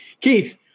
Keith